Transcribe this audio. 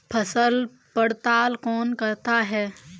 फसल पड़ताल कौन करता है?